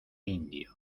indio